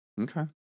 Okay